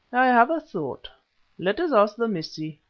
i have a thought let us ask the missie.